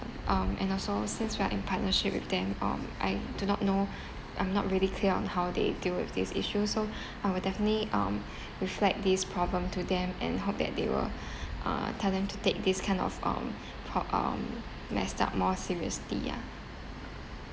um and also since we are in partnership with them um I do not know I'm not really clear on how they deal with this issue so we'll definitely um reflect this problem to them and hope that they will uh tell them to take this kind of um pro~ um messed up more seriously ya